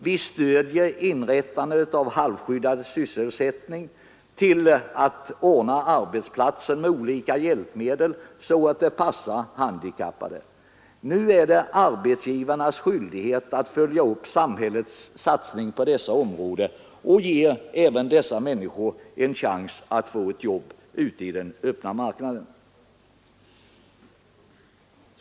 Vi stöder inrättandet av halvskyddad sysselsättning och anordnandet av arbetsplatser med olika hjälpmedel så att de passar handikappade. Nu är det arbetsgivarnas skyldighet att följa upp samhällets satsning på dessa områden och ge även dessa människor en chans att få ett jobb ute i den öppna marknaden.